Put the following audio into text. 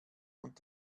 und